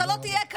אתה לא תהיה כאן.